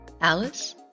Alice